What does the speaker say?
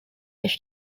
which